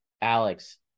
Alex